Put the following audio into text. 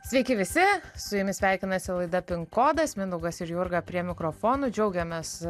sveiki visi su jumis sveikinasi laida pin kodas mindaugas ir jurga prie mikrofonų džiaugiamės